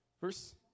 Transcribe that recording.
Verse